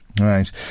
Right